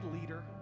leader